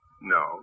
No